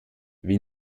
wie